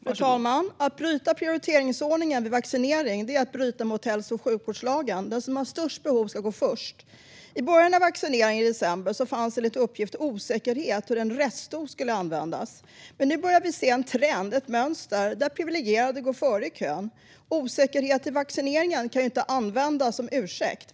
Fru talman! Att bryta prioriteringsordningen vid vaccinering är att bryta mot hälso och sjukvårdslagen. Den som har störst behov ska gå först. I början av vaccineringen i december fanns enligt uppgift osäkerhet hur en restdos skulle användas. Nu börjar vi se en trend, ett mönster, där privilegierade går före i kön. Osäkerhet i vaccineringen kan inte användas som ursäkt.